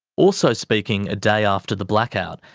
also speaking a day after the blackout,